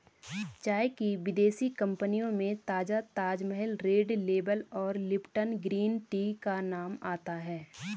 चाय की विदेशी कंपनियों में ताजा ताजमहल रेड लेबल और लिपटन ग्रीन टी का नाम आता है